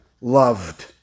loved